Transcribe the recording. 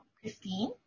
Christine